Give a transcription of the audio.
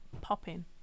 popping